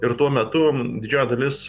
ir tuo metu didžioji dalis